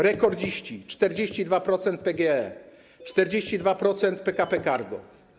Rekordziści: 42% - PGE, 42% - PKP Cargo.